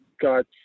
got